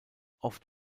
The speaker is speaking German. oft